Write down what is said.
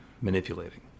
manipulating